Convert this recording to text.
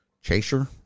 Chaser